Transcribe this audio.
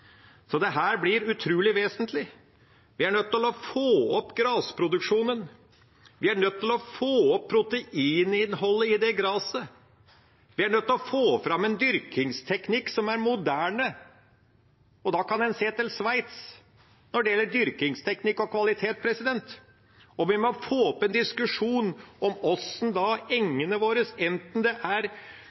blir utrolig vesentlig. Vi er nødt til å få opp grasproduksjonen, og vi er nødt til å få opp proteininnholdet i graset. Vi er nødt til å få fram en dyrkingsteknikk som er moderne, og da kan en se til Sveits når det gjelder dyrkingsteknikk og kvalitet. Og vi må få opp en diskusjon om hvordan engene våre, enten det er